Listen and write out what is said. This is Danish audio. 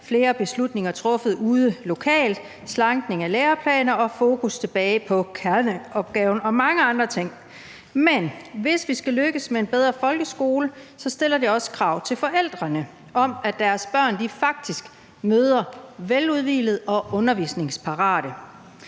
flere beslutninger truffet ude lokalt, slankning af læreplaner og fokus tilbage på kerneopgaven og mange andre ting. Men hvis vi skal lykkes med en bedre folkeskole, stiller det også krav til forældrene om, at deres børn faktisk møder op veludhvilet og undervisningsparate